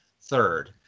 third